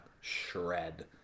shred